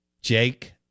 Jake